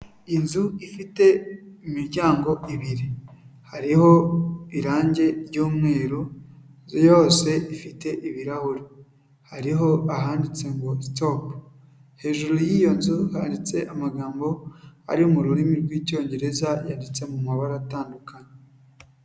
Inzu ifite imiryango ibiri, hariho irangi ry'umweru inzu yose ifite ibirahure, hariho ahanditse ngo sitopu, hejuru y'iyo nzu handitse amagambo ari mu rurimi rw'icyongereza yanditse mu mabara atandukanye.